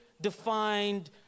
defined